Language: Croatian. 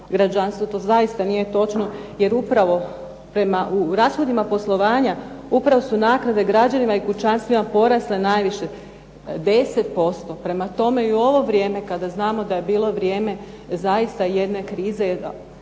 To zaista nije točno jer upravo u rashodima poslovanja upravo su naknade građanima i kućanstvima porasle najviše 10%. Prema tome, i u ovo vrijeme kada znamo da je bilo vrijeme zaista jedne krize naknade